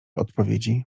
odpowiedzi